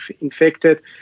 infected